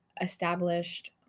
established